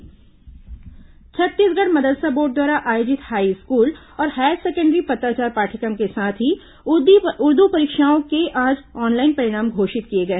मदरसा board परिणाम छत्तीसगढ़ मदरसा board द्वारा आयोजित हाईस्कूल और हायर सेकेंडरी पत्राचार पाठ्यक्रम के साथ ही उर्दू परीक्षाओं के आज ऑनलाइन परिणाम घोषित किए गए